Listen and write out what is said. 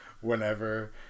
Whenever